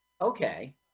Okay